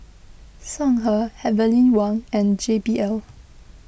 Songhe Heavenly Wang and J B L